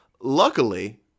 Luckily